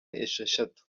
esheshatu